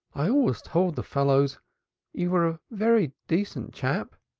i always told the fellows you were a very decent chap.